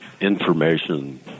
information